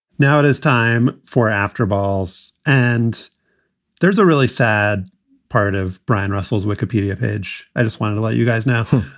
now it is time for after balls. and there's a really sad part of brian russell's wikipedia page. i just wanted to let you guys know.